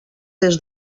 des